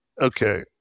okay